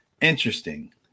Interesting